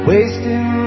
Wasting